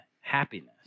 happiness